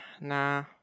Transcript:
Nah